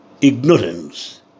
ignorance